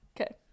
okay